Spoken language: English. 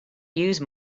use